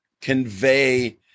convey